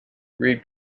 reid